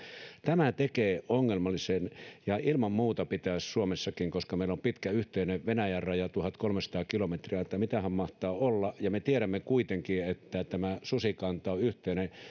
tämä tekee asiasta ongelmallisen ilman muuta pitäisi suomessakin meillä on pitkä yhteinen raja venäjän kanssa tuhatkolmesataa kilometriä tai mitähän mahtaa olla ja me tiedämme kuitenkin että tämä susikanta on yhteinen